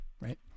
right